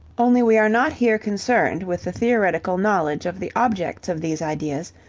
only we are not here concerned with the theoretical knowledge of the objects of these ideas,